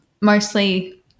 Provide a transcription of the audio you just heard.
mostly